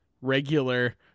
regular